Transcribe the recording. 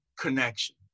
connection